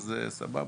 אז סבבה.